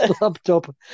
laptop